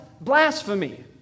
blasphemy